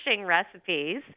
recipes